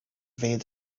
invade